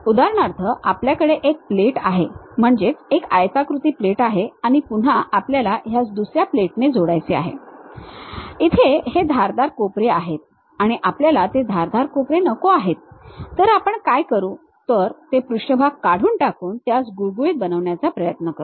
उदाहरणार्थ आपल्याकडे एक प्लेट आहे म्हणजे एक आयताकृती प्लेट आहे आणि पुन्हा आपल्याला ह्यास दुसर्या प्लेटने जोडायचे आहे इथे हे धारदार कोपरे आहेत आणि आपल्याला ते धारदार कोपरे नको आहेत तर आपण काय करू तर तो पृष्ठभाग काढून टाकून त्यास गुळगुळीत बनवण्याचा प्रयत्न करतो